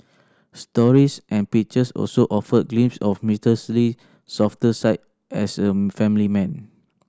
stories and pictures also offered glimpses of Mister Lee softer side as a family man